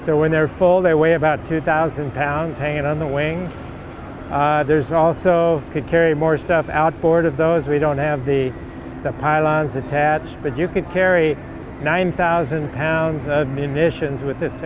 so when they're full they weigh about two thousand pounds hanging on the wing there's also could carry more stuff outboard of those we don't have the pylons attached but you could carry nine thousand pounds of munitions with this